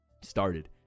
started